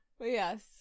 Yes